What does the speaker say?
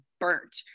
burnt